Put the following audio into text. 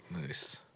Nice